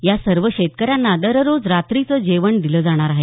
या सर्व शेतकऱ्यांना दररोज रात्रीचं जेवण दिलं जाणार आहे